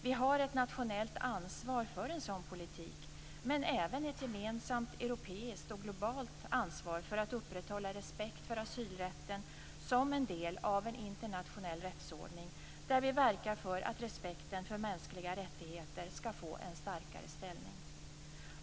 Vi har ett nationellt ansvar för en sådan politik, men även ett gemensamt europeiskt och globalt ansvar för att upprätthålla respekt för asylrätten som en del av en internationell rättsordning, där vi verkar för att respekten för mänskliga rättigheter ska få en starkare ställning.